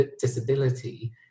disability